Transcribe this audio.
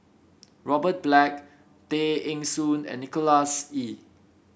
Robert Black Tay Eng Soon and Nicholas Ee